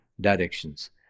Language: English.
directions